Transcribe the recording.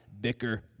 bicker